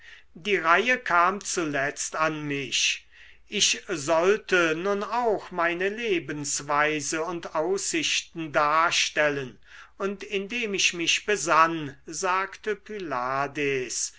die reihe kam zuletzt an mich ich sollte nun auch meine lebensweise und aussichten darstellen und indem ich mich besann sagte pylades